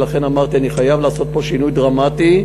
ולכן אמרתי שאני חייב לעשות פה שינוי דרמטי,